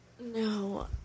No